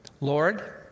Lord